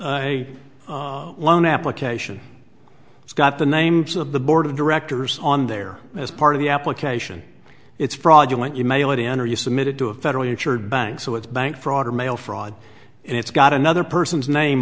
minutes loan application it's got the names of the board of directors on there as part of the application it's fraudulent you mail it in are you submitted to a federally insured bank so it's bank fraud or mail fraud it's got another person's name